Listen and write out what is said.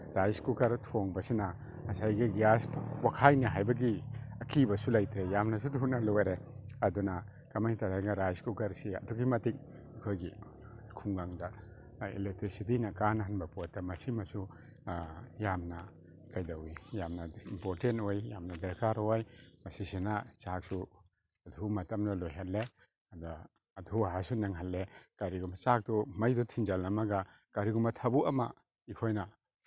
rice cooker ꯊꯣꯡꯕꯁꯤꯅ ꯉꯁꯥꯏꯒꯤ gas ꯄꯣꯈꯥꯏꯅꯤ ꯍꯥꯏꯕꯒꯤ ꯑꯀꯤꯕꯁꯨ ꯂꯩꯇ꯭ꯔꯦ ꯌꯥꯝꯅꯁꯨ ꯊꯨꯅ ꯂꯣꯏꯔꯦ ꯑꯗꯨꯅ ꯀꯃꯥꯏ ꯇꯧꯔꯤ ꯔꯥꯏꯁ ꯀꯨꯀꯔꯁꯤ ꯑꯗꯨꯛꯀꯤ ꯃꯇꯤꯛ ꯑꯩꯈꯣꯏꯒꯤ ꯈꯨꯡꯒꯪꯗ ꯑꯦꯂꯦꯛꯇ꯭ꯔꯤꯁꯤꯇꯤꯅ ꯀꯥꯅꯍꯟꯕ ꯄꯣꯠꯇ ꯃꯁꯤꯃꯁꯨ ꯌꯥꯝꯅ ꯀꯩꯗꯧꯋꯤ ꯌꯥꯝꯅ ꯏꯝꯄꯣꯔꯇꯦꯟ ꯑꯣꯏ ꯌꯥꯝꯅ ꯗꯔꯀꯥꯔ ꯑꯣꯏ ꯃꯁꯤꯁꯤꯅ ꯆꯥꯛꯁꯨ ꯑꯊꯨꯕ ꯃꯇꯝꯗ ꯂꯣꯏꯍꯜꯂꯦ ꯑꯗꯣ ꯑꯊꯨ ꯑꯀꯥꯏꯁꯨ ꯅꯪꯍꯜꯂꯦ ꯀꯔꯤꯒꯨꯝꯕ ꯆꯥꯛꯇꯣ ꯃꯩꯗꯣ ꯊꯤꯟꯖꯜꯂꯝꯃꯒ ꯀꯔꯤꯒꯨꯝꯕ ꯊꯕꯛ ꯑꯃ ꯑꯩꯈꯣꯏꯅ